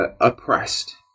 oppressed